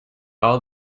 all